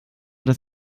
das